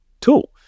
tool